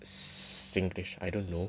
Singlish I don't know